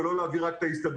ולא להביא רק את ההסתדרות,